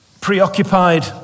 preoccupied